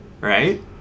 Right